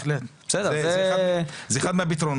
זה אחד מהפתרונות.